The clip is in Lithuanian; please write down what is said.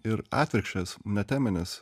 ir atvirkščias ne teminis